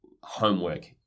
homework